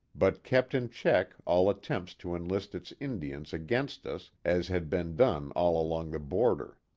but kept in check all attempts to enlist its indians against us as had been done all along the border.